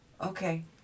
Okay